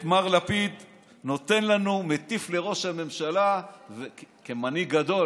את מר לפיד מטיף לראש הממשלה כמנהיג גדול,